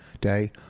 day